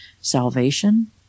salvation